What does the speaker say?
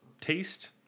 taste